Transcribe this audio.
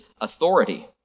authority